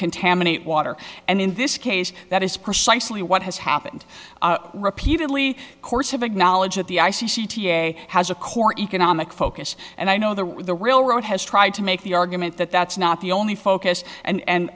contaminate water and in this case that is precisely what has happened repeatedly courts have acknowledged that the i c c today has a court economic focus and i know that the railroad has tried to make the argument that that's not the only focus and a